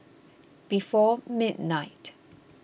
before midnight